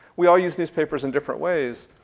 we all use newspapers in different ways.